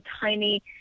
tiny